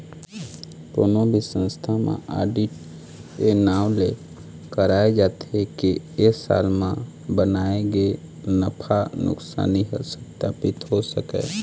कोनो भी संस्था म आडिट ए नांव ले कराए जाथे के ए साल म बनाए गे नफा नुकसानी ह सत्पापित हो सकय